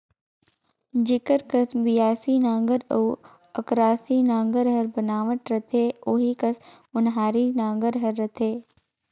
जेकर कस बियासी नांगर अउ अकरासी नागर कर बनावट रहथे ओही कस ओन्हारी नागर हर रहथे